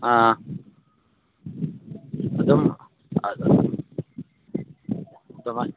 ꯑꯥ ꯑꯗꯨꯝ ꯑꯗꯨꯃꯥꯏ